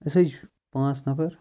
أسۍ ہے چھِ پانٛژھ نَفر